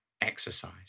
exercise